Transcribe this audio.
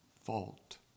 fault